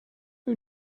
who